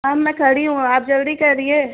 ma'am मैं खड़ी हूँ आप जल्दी करिए